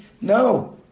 no